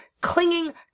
clinging